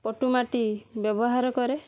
ପଟୁମାଟି ବ୍ୟବହାର କରେ